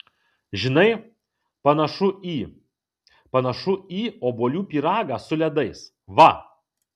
žinai panašu į panašu į obuolių pyragą su ledais va